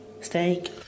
Steak